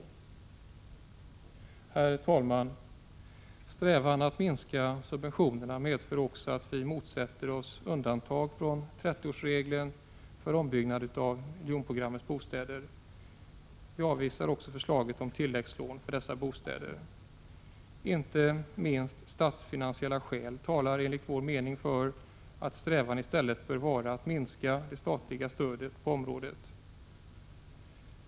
45 Herr talman! Strävan att minska subventionerna medför också att vi 16 december 1986 motsätter oss undantag från 30-årsregeln för ombyggnad av miljonprogram mets bostäder. Vi avvisar också förslaget om tilläggslån för dessa bostäder. Inte minst statsfinansiella skäl talar enligt vår mening för att strävan i stället bör vara att minska det statliga stödet på området.